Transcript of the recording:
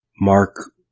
Mark